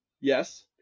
Yes